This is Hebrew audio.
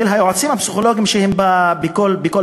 של היועצים הפסיכולוגיים בבתי-ספר.